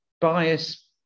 bias